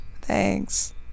thanks